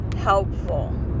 helpful